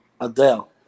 Adele